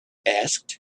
asked